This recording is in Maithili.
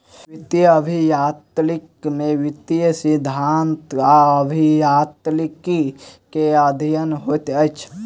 वित्तीय अभियांत्रिकी में वित्तीय सिद्धांत आ अभियांत्रिकी के अध्ययन होइत अछि